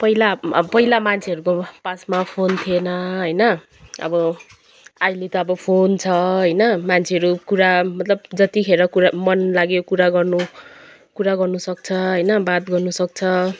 पहिला अप अब पहिला मान्छेहरूको पासमा फोन थिएन होइन अब अहिले त अब फोन छ होइन मान्छेहरू कुरा मतलब जतिखेर कुरा मन लाग्यो कुरा गर्नु कुरा गर्नुसक्छ होइन बात गर्नुसक्छ